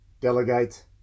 delegate